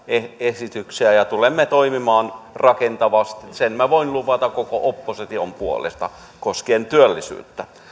esityksiä tulemme toimimaan rakentavasti sen voin luvata koko opposition puolesta koskien työllisyyttä